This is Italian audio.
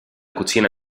cucina